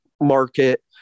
market